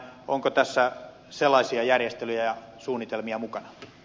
onko tässä sellaisia järjestelyjä ja suunnitelmia mukana